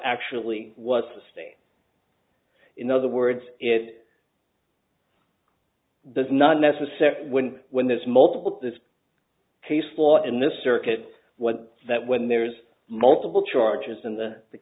actually was the state in other words it does not necessarily win when there's multiple this case law and this circuit what that when there's multiple charges and the